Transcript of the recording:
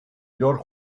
york